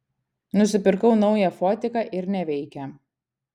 nusipirkau naują fotiką ir neveikia